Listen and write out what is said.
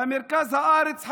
במרכז הארץ,